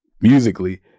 musically